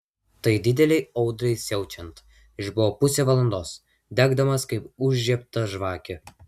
tai didelei audrai siaučiant išbuvo pusę valandos degdamas kaip užžiebta žvakė